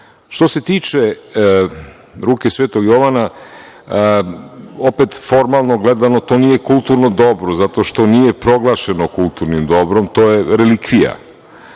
se tiče ruke Svetog Jovana, opet, formalno gledano, to nije kulturno dobro, zato što nije proglašeno kulturnim dobrom. To je relikvija.